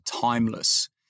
timeless